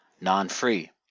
non-free